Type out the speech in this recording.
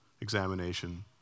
examination